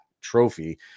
trophy